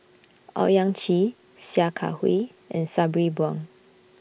Owyang Chi Sia Kah Hui and Sabri Buang